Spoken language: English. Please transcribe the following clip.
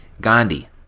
Gandhi